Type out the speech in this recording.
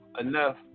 enough